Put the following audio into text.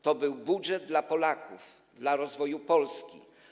To był budżet dla Polaków, dla rozwoju Polski.